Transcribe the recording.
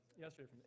yesterday